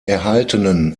erhaltenen